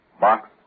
box